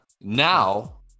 Now